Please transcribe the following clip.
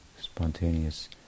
spontaneous